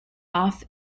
off